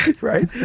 Right